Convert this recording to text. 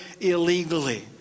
illegally